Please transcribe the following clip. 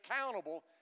accountable